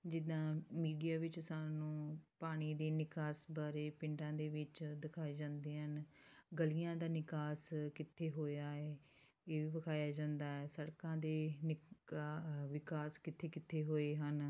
ਜਿੱਦਾਂ ਮੀਡੀਆ ਵਿੱਚ ਸਾਨੂੰ ਪਾਣੀ ਦੇ ਨਿਕਾਸ ਬਾਰੇ ਪਿੰਡਾਂ ਦੇ ਵਿੱਚ ਦਿਖਾਏ ਜਾਂਦੇ ਹਨ ਗਲੀਆਂ ਦਾ ਨਿਕਾਸ ਕਿੱਥੇ ਹੋਇਆ ਹੈ ਇਹ ਵੀ ਵਿਖਾਇਆ ਜਾਂਦਾ ਸੜਕਾਂ ਦੇ ਨਿੱਕਾ ਵਿਕਾਸ ਕਿੱਥੇ ਕਿੱਥੇ ਹੋਏ ਹਨ